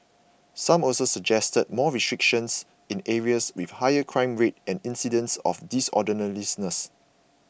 some also suggested more restrictions in areas with higher crime rates and incidents of disorderliness